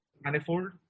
manifold